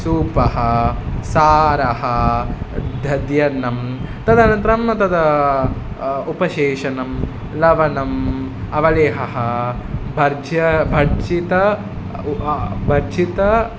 सूपः सारः दध्यन्नं तदनन्तरं तद् उपसेचनं लवणम् अवलेहः भर्ज्य भर्जित भर्जित